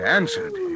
answered